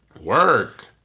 Work